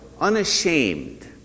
unashamed